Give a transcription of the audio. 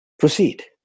proceed